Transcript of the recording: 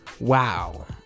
Wow